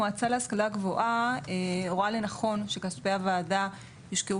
המועצה להשכלה גבוהה רואה לנכון שכספי הוועדה יושקעו